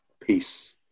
peace